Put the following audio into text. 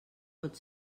pot